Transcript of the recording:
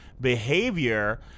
behavior